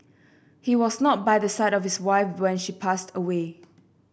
he was not by the side of his wife when she passed away